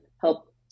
help